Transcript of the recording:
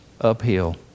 uphill